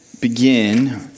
begin